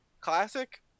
Classic